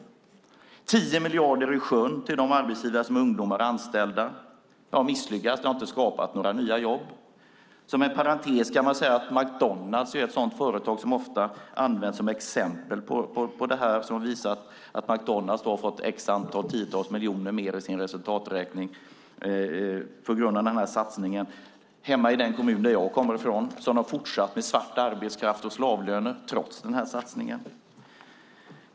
Det är 10 miljarder i sjön till de arbetsgivare som har ungdomar anställda. Det har misslyckats. Det har inte skapat några nya jobb. Inom parentes kan man säga att McDonalds är ett sådant företag som ofta används som ett exempel. Man har visat att McDonalds har fått tiotals miljoner mer i sin resultaträkning på grund av satsningen. Hemma i den kommun där jag kommer ifrån har man fortsatt med svart arbetskraft och slavlöner trots satsningen.